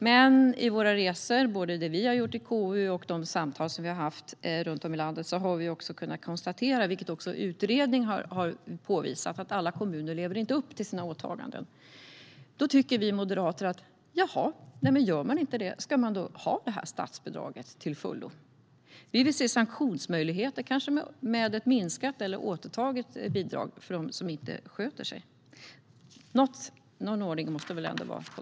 Men både vid KU:s resor och i samtal som vi har haft runt om i landet har vi kunnat konstatera att alla kommuner inte lever upp till sina åtaganden. Detta har även utredningen påvisat. Vi moderater tycker att om man inte gör det så kanske man inte ska få detta statsbidrag till fullo. Vi vill se sanktionsmöjligheter, kanske med ett minskat eller återtaget bidrag för dem som inte sköter sig. Någon ordning på torpet måste det väl ändå vara!